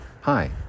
hi